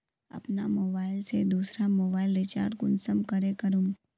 अपना मोबाईल से दुसरा मोबाईल रिचार्ज कुंसम करे करूम?